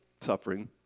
suffering